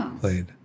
played